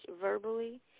verbally